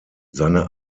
seine